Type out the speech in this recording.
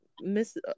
Miss